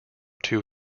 two